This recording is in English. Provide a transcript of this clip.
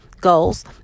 goals